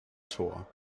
tor